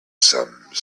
some